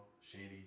shady